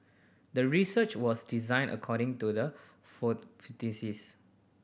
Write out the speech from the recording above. the research was designed according to the